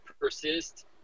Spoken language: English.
persist